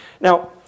Now